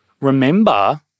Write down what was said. remember